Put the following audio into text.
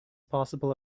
possible